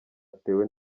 atewe